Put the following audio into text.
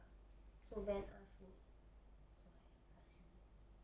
ya so van ask me so I ask you